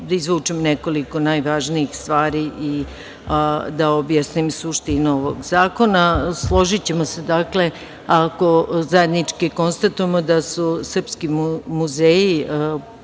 da izvučem nekoliko najvažnijih stvari i da objasnim suštinu ovog zakona. Složićemo se, dakle, ako zajednički konstatujemo da srpski muzeji prosto